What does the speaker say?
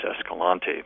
Escalante